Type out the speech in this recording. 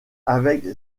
avec